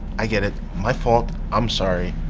i get it. my fault. i'm sorry.